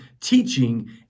teaching